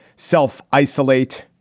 self isolate.